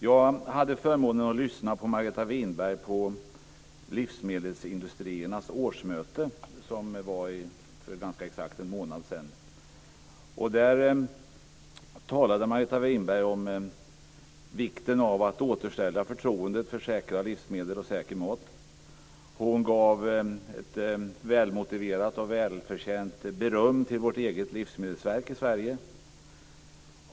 Jag hade förmånen att lyssna på Margareta Winberg på livsmedelsindustriernas årsmöte som var för ganska exakt en månad sedan. Där talade Margareta Winberg om vikten av att återställa förtroendet för säkra livsmedel och säker mat. Hon gav ett väl motiverat och väl förtjänt beröm till vårt eget livsmedelsverk i Sverige.